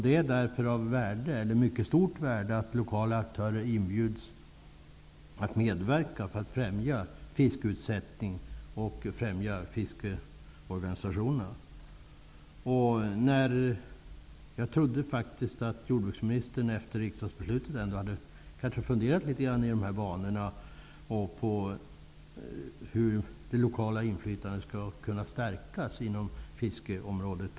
Det är därför av mycket stort värde att lokala aktörer inbjuds att medverka för att främja fiskutsättning och fiskeorganisationer. Jag trodde faktiskt att jordbruksministern efter riksdagsbeslutet kanske hade funderat litet i de här banorna och på hur det lokala inflytandet skall kunna stärkas på fiskeområdet.